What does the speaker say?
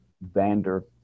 Vander